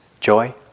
joy